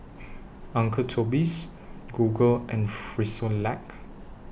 Uncle Toby's Google and Frisolac